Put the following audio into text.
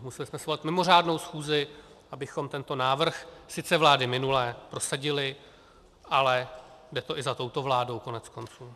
Museli jsme svolat mimořádnou schůzi, abychom tento návrh sice vlády minulé prosadili, ale jde to i za touto vládou, koneckonců.